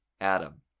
Adam